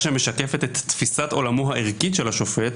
שמשקפת את תפיסת עולמו הערכי של השופט,